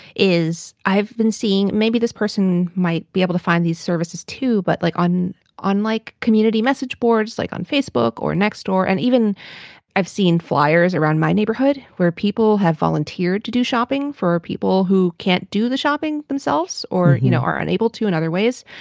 is i've been seeing maybe this person might be able to find these services, too, but like on on like community message boards, like on facebook or next door. and even i've seen flyers around my neighborhood where people have volunteered to do shopping for people who can't do the shopping themselves or you know are unable to in other ways,